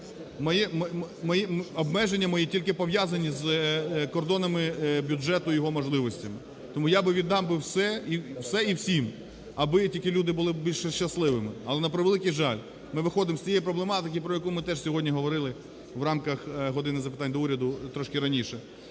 Обмеження мої тільки пов'язані з кордонами бюджету, його можливостями, тому я би віддав би все. Все і всім, аби тільки люди були більш щасливими. Але, на превеликий жаль, ми виходимо з тієї проблематики, про яку ми теж сьогодні говорили в рамках "години запитань до Уряду" трошки раніше.